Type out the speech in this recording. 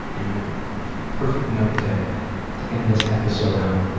and a perfect note to to end this episode on.